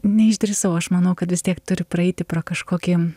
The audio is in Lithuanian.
neišdrįsau aš manau kad vis tiek turi praeiti pro kažkokį